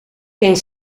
geen